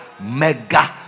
mega